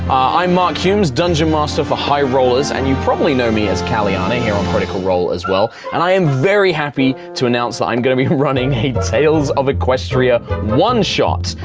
i'm mark hulmes, dungeon master for high rollers and you probably know me as calianna here on critical role as well, and i am very happy to announce that i am going to be running a tails of equestria one-shot.